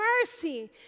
mercy